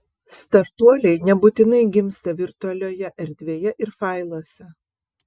startuoliai nebūtinai gimsta virtualioje erdvėje ir failuose